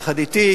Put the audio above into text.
יחד אתי,